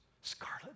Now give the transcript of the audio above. scarlet